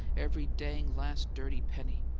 every dang, last, dirty penny!